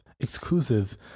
exclusive